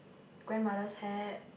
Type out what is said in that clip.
grandmother's hat